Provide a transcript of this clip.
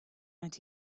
and